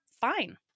fine